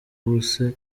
ubuse